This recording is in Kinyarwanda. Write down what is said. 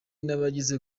n’abagize